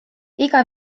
iga